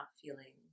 feeling